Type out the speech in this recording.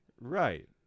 Right